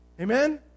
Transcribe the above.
Amen